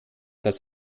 das